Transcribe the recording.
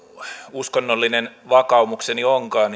uskonnollinen vakaumukseni onkaan